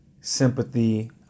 sympathy